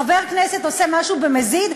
חבר כנסת עושה משהו במזיד,